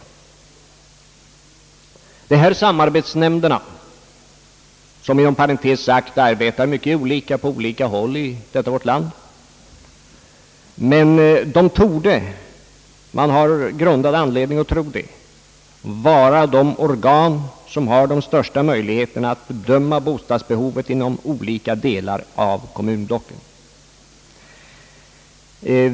Man har grun dad anledning att tro att samarbets nämnderna — som inom parentes sagt arbetar mycket olika på olika håll inom vårt land — är de organ som har de största möjligheterna att bedöma bostadsbehovet inom olika delar av kommunblocket.